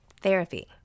Therapy